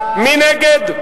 מי נגד?